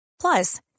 Plus